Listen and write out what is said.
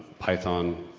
python,